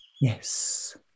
Yes